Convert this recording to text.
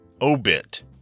obit